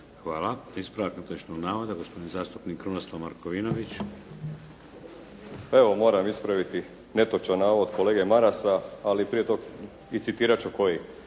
Hvala. Ispravak netočnog navoda, gospodin zastupnik Krunoslav Markovinović. **Markovinović, Krunoslav (HDZ)** Evo, moram ispraviti netočan navod kolege Marasa, ali prije toga, i citirati ću koji.